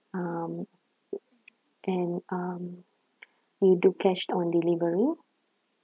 um and um you do cash on delivery